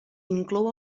inclou